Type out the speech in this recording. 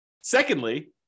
secondly